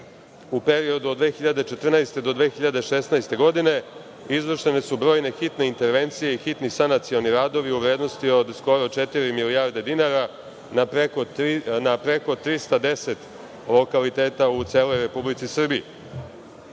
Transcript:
u periodu od 2014. do 2016. godine, izvršene su brojne hitne intervencije i hitni sanacioni radovi u vrednosti od skoro četiri milijarde dinara, na preko 310 lokaliteta u celoj Republici Srbiji. Hitni